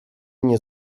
nie